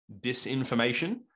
disinformation